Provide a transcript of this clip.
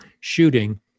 shooting